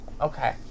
Okay